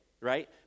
right